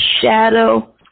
shadow